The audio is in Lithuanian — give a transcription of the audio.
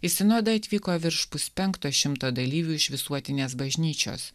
į sinodą atvyko virš puspenkto šimto dalyvių iš visuotinės bažnyčios